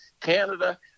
Canada